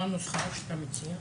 מה הנוסחה שאתה מציע?